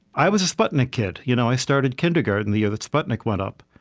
i was a sputnik kid. you know i started kindergarten the year that sputnik went up.